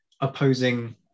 opposing